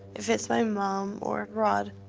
if it's my mom or rod,